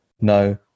No